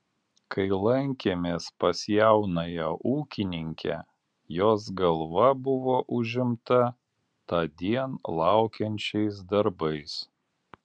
kai lankėmės pas jaunąją ūkininkę jos galva buvo užimta tądien laukiančiais darbais